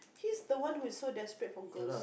he's the one who so desperate propose